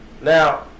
Now